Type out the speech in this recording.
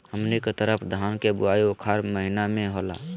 हमनी के तरफ धान के बुवाई उखाड़ महीना में होला